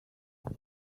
per